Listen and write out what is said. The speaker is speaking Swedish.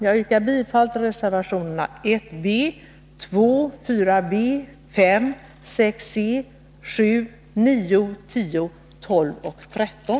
Jag yrkar bifall till reservationerna 1 b, 2,4 b, 5,6 c, 7,9, 10, 12 och 13.